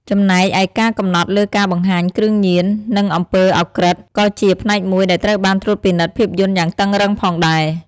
ចំណែកឯការកំណត់លើការបង្ហាញគ្រឿងញៀន និងអំពើឧក្រិដ្ឋ ក៏ជាផ្នែកមួយដែលត្រូវបានត្រួតពិនិត្យភាពយន្តយ៉ាងតឹងរ៉ឹងផងដែរ។